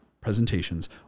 presentations